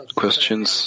questions